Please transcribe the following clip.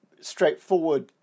straightforward